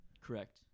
Correct